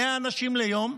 100 אנשים ליום,